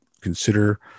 consider